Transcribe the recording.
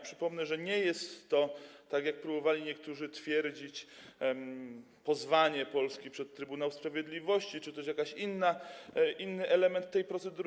Przypomnę, że nie jest to, tak jak próbowali niektórzy twierdzić, pozwanie Polski przed Trybunał Sprawiedliwości czy też jakiś inny element tej procedury.